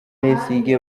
besigye